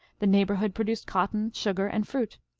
the neighborhood produced cotton, sugar, and fruit.